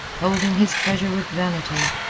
holding his treasure with vanity,